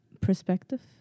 perspective